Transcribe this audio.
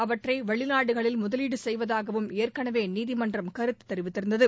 அவற்றை வெளிநாடுகளில் முதலீடு செய்வதாகவும் ஏற்கனவே நீதிமன்றம் கருத்து தெரிவித்திருந்தது